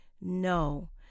no